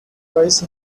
twice